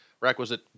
requisite